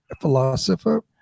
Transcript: philosopher